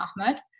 Ahmed